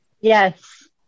Yes